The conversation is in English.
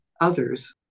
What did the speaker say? others